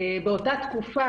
באותה תקופה,